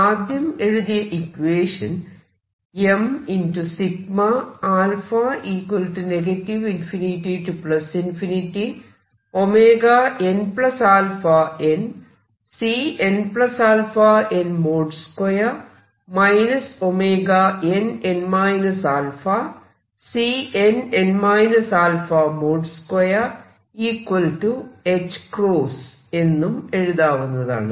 ആദ്യം എഴുതിയ equation mα ∞nαn|Cnαn |2 nn α|Cnn α |2ħ എന്നും എഴുതാവുന്നതാണ്